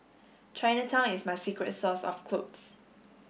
Chinatown is my secret source of clothes